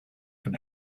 can